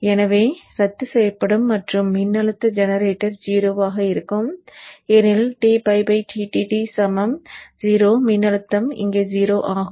எனவே ரத்து செய்யப்படும் மற்றும் மின்னழுத்த ஜெனரேட்டர் 0 ஆக இருக்கும் ஏனெனில் 0 மின்னழுத்தம் இங்கே 0 ஆகும்